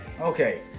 Okay